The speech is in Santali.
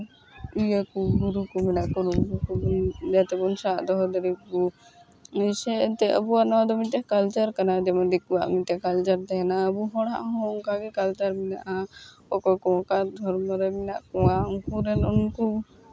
ᱤᱭᱟᱹ ᱠᱚ ᱜᱩᱨᱩ ᱠᱚ ᱜᱩᱨᱩ ᱠᱚ ᱢᱮᱱᱟᱜ ᱠᱚ ᱱᱩᱠᱩ ᱠᱚᱵᱚᱱ ᱡᱟᱛᱮ ᱵᱚᱱ ᱥᱟᱵ ᱫᱚᱦᱚ ᱫᱟᱲᱮᱭᱟᱠᱚ ᱡᱮᱭᱥᱮ ᱮᱱᱛᱮᱫ ᱟᱵᱚᱣᱟᱜ ᱱᱚᱣᱟ ᱫᱚ ᱢᱤᱫᱴᱮᱱ ᱠᱟᱞᱪᱟᱨ ᱠᱟᱱᱟ ᱡᱮᱢᱚᱱ ᱫᱤᱠᱩᱣᱟᱜ ᱢᱤᱫᱴᱮᱱ ᱠᱟᱞᱪᱟᱨ ᱛᱟᱦᱮᱱᱟ ᱟᱵᱚ ᱦᱚᱲᱟᱜ ᱦᱚᱸ ᱚᱱᱠᱟᱜᱮ ᱠᱟᱞᱪᱟᱨ ᱢᱮᱱᱟᱜᱼᱟ ᱚᱠᱚᱭ ᱠᱚ ᱚᱠᱟ ᱫᱷᱚᱨᱢᱚ ᱨᱮᱱ ᱢᱮᱱᱟᱜ ᱠᱚᱣᱟ ᱩᱱᱠᱩ ᱨᱮᱱ ᱩᱱᱠᱩ